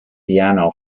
piano